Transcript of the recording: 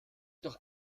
doch